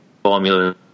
formula